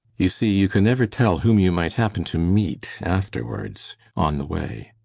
you see, you can never tell whom you might happen to meet afterwards on the way.